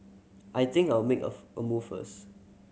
I think I'll make a a move first